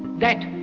that